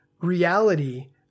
reality